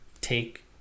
take